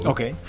Okay